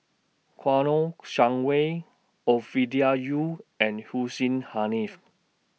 Kouo Shang Wei Ovidia Yu and Hussein Haniff